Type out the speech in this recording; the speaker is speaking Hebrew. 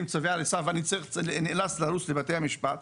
צווי הריסה ואני נאלץ לרוץ לבתי המשפט.